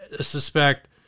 suspect